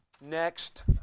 Next